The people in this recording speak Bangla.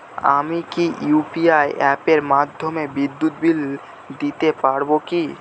আমি কি ইউ.পি.আই অ্যাপের মাধ্যমে বিদ্যুৎ বিল দিতে পারবো কি?